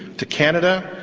to canada,